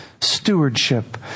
stewardship